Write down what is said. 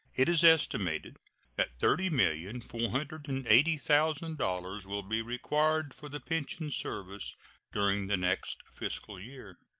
it is estimated that thirty million four hundred and eighty thousand dollars will be required for the pension service during the next fiscal year.